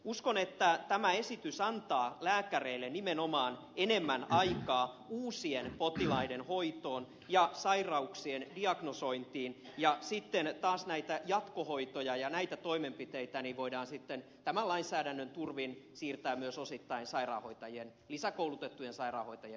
uskon että tämä esitys antaa lääkäreille nimenomaan enemmän aikaa uusien potilaiden hoitoon ja sairauksien diagnosointiin ja sitten taas näitä jatkohoitoja ja näitä toimenpiteitä voidaan tämän lainsäädännön turvin siirtää myös osittain lisäkoulutettujen sairaanhoitajien vastuulle